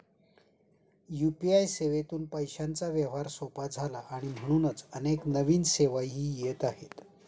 UPI सेवेतून पैशांचा व्यवहार सोपा झाला आणि म्हणूनच अनेक नवीन सेवाही येत आहेत